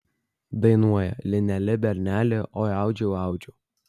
dainuoja lineli berneli oi audžiau audžiau